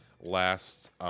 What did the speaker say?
last